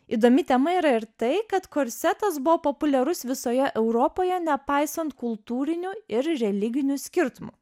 įdomi tema yra ir tai kad korsetas buvo populiarus visoje europoje nepaisant kultūrinių ir religinių skirtumų